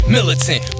Militant